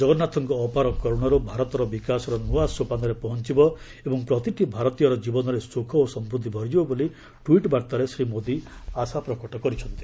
ଜଗନ୍ନାଥଙ୍କ ଅପାର କରୁଣାରୁ ଭାରତ ବିକାଶର ନୂଆ ସୋପାନରେ ପହଞ୍ଚିବ ଏବଂ ପ୍ରତିଟି ଭାରତୀୟର ଜୀବନରେ ସୁଖ ଓ ସମୃଦ୍ଧି ଭରିଯିବ ବୋଲି ଟ୍ୱିଟ୍ ବାର୍ତ୍ତାରେ ଶ୍ରୀ ମୋଦି ଆଶାବ୍ୟକ୍ତ କରିଛନ୍ତି